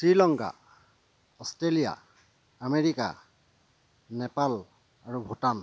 Sri Lanka Australia America Nepal আৰু ভূটান